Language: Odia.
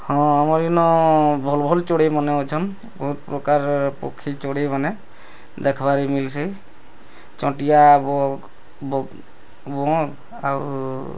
ହଁ ଆମର୍ ଇନ ଭଲ୍ ଭଲ୍ ଚଢ଼େଇମାନେ ଅଛନ୍ ବହୁତ ପ୍ରକାର ପକ୍ଷୀ ଚଢ଼େଇମାନେ ଦେଖ୍ବାରେ ମିଲିଛି ଚଣ୍ଟିଆ ବଗ୍ ବଗ୍ ବଗ୍ ଆଉ